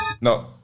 No